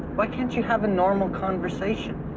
but can't you have a normal conversation?